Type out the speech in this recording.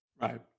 Right